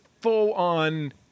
full-on